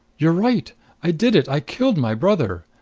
you're right i did it! i killed my brother!